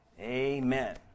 Amen